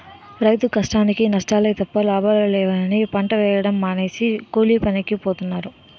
రైతు కష్టానికీ నష్టాలే తప్ప లాభాలు లేవని పంట వేయడం మానేసి కూలీపనికి పోతన్నారు